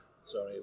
Sorry